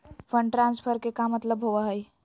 Fund transfer के का मतलब होव हई?